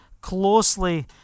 closely